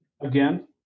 again